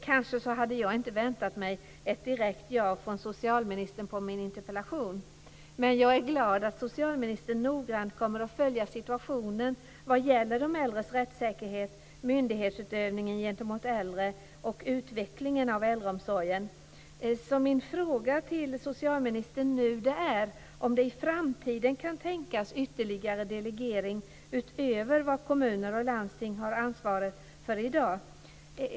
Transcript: Kanske hade jag inte väntat mig ett direkt ja från socialministern som svar på min interpellation men jag är glad över att socialministern noga kommer att följa situationen vad gäller de äldres rättssäkerhet, myndighetsutövningen gentemot äldre och utvecklingen av äldreomsorgen. Min fråga till socialministern nu är om det i framtiden kan tänkas ytterligare delegering utöver vad kommuner och landsting har ansvaret för i dag.